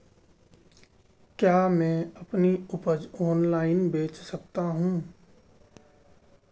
क्या मैं अपनी उपज ऑनलाइन बेच सकता हूँ?